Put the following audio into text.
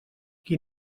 qui